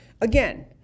Again